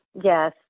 Yes